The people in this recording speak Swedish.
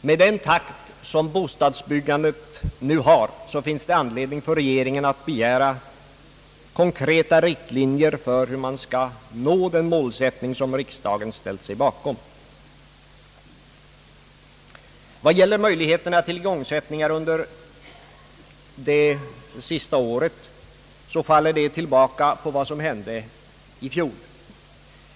Med den takt som bostadsbyggandet nu har finns det anledning för regeringen att begära konkreta riktlinjer för hur man skall nå den målsättning som riksdagen har ställt sig bakom. Möjligheterna till igångsättningar under det senaste året faller tillbaka på vad som hände i fjol.